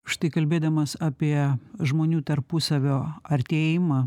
štai kalbėdamas apie žmonių tarpusavio artėjimą